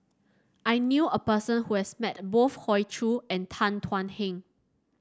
I knew a person who has met both Hoey Choo and Tan Thuan Heng